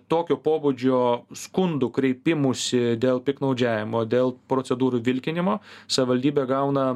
tokio pobūdžio skundų kreipimųsi dėl piktnaudžiavimo dėl procedūrų vilkinimo savivaldybė gauna